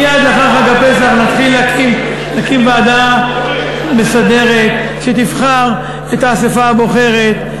מייד לאחר חג הפסח נקים ועדה מסדרת שתבחר את האספה הבוחרת,